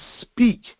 speak